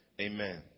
Amen